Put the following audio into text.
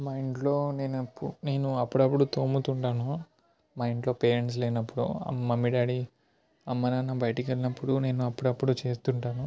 మా ఇంట్లో నేను ఎప్పు నేను అప్పుడప్పుడు తోముతు ఉండను మా ఇంట్లో పేరెంట్స్ లేనప్పుడు మమ్మీ డాడీ అమ్మా నాన్న బయటకు వెళ్ళినప్పుడు నేను అప్పుడప్పుడు చేస్తుంటాను